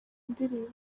ndirimbo